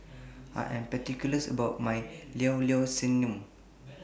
I Am particular about My Llao Llao Sanum